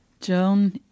Joan